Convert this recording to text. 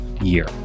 year